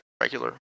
regular